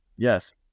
Yes